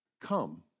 Come